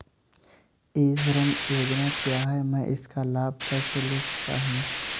ई श्रम योजना क्या है मैं इसका लाभ कैसे ले सकता हूँ?